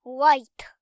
White